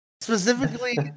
specifically